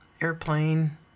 airplane